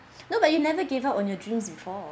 no but you never give up on your dreams before